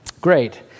Great